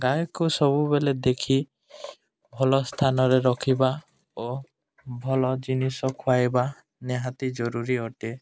ଗାଈକୁ ସବୁବେଳେ ଦେଖି ଭଲ ସ୍ଥାନରେ ରଖିବା ଓ ଭଲ ଜିନିଷ ଖୁଆଇବା ନିହାତି ଜରୁରୀ ଅଟେ